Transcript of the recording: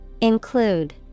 Include